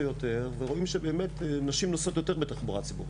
יותר ורואים שנשים נוסעות יותר בתחבורה ציבורית.